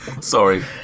Sorry